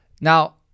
Now